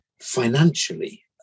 financially